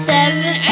Seven